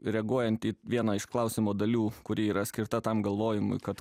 reaguojant į vieną iš klausimo dalių kuri yra skirta tam galvojimui kad